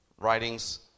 Writings